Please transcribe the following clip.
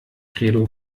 credo